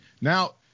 Now